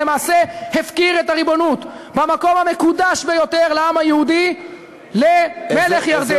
ולמעשה הפקיר את הריבונות במקום המקודש ביותר לעם היהודי למלך ירדן.